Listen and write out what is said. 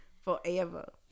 forever